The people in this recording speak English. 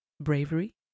bravery